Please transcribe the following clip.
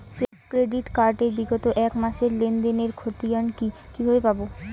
Credit card এর বিগত এক মাসের লেনদেন এর ক্ষতিয়ান কি কিভাবে পাব?